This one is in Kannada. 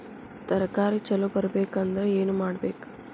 ತರಕಾರಿ ಛಲೋ ಬರ್ಬೆಕ್ ಅಂದ್ರ್ ಏನು ಮಾಡ್ಬೇಕ್?